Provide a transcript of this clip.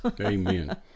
Amen